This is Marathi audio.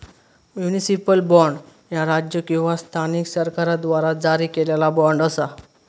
म्युनिसिपल बॉण्ड, ह्या राज्य किंवा स्थानिक सरकाराद्वारा जारी केलेला बॉण्ड असा